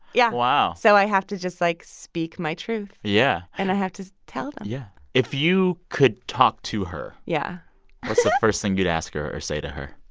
yeah wow so i have to just, like, speak my truth. yeah and i have to tell them yeah. if you could talk to her, what's the first thing you'd ask her or say to her?